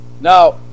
Now